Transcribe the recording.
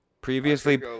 Previously